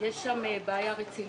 יש שם בעיה רצינית,